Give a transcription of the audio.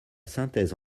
synthèse